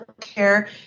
care